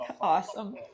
Awesome